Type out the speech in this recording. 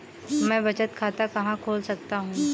मैं बचत खाता कहाँ खोल सकता हूँ?